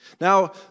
Now